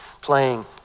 playing